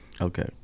Okay